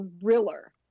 thriller